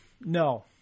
no